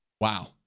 Wow